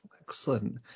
Excellent